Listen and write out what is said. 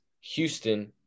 Houston